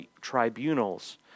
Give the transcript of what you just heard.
tribunals